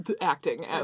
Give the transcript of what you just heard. acting